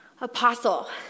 Apostle